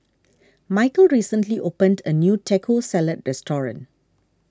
Micheal recently opened a new Taco Salad restaurant